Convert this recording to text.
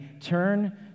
turn